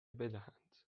بدهند